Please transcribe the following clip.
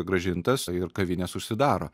grąžintas ir kavinės užsidaro